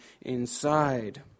inside